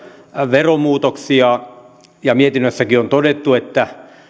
veromuutoksia ja mietinnössäkin on todettu että